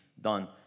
done